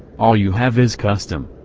all you have is custom.